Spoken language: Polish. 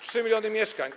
3 mln mieszkań.